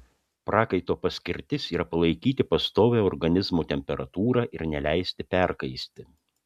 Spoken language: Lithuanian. prakaito paskirtis yra palaikyti pastovią organizmo temperatūrą ir neleisti perkaisti